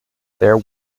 there